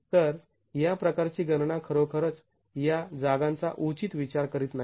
तर या प्रकारची गणना खरोखरच या जागांचा उचित विचार करत नाही